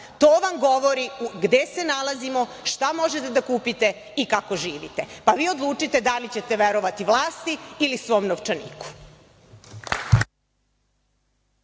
To vam govori gde se nalazimo, šta možete da kupite i kako živite, pa vi odlučite da li ćete verovati vlasti ili svom novčaniku.